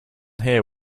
here